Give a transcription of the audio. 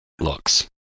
looks